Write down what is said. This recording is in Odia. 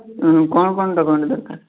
ହଁ କ'ଣ କ'ଣ ଡକ୍ୟୁମେଣ୍ଟ୍ ଦରକାର